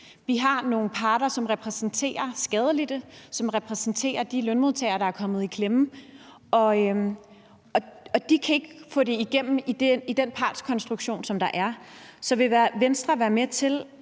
Vi har nogle parter, som repræsenterer skadelidte, som repræsenterer de lønmodtagere, der er kommet i klemme, og de kan ikke få det igennem i den partskonstruktion, der er. Så vil Venstre være med til